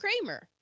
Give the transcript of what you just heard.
Kramer